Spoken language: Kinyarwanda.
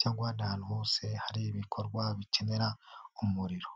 cyangwa ahantu hose hari ibikorwa bikenera umuriro.